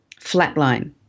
flatline